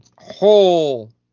whole